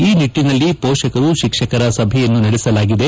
ಈ ನಿಟ್ಟಿನಲ್ಲಿ ಪೋಷಕರು ಶಿಕ್ಷಕರ ಸಭೆಯನ್ನು ನಡೆಸಲಾಗಿದೆ